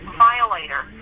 violator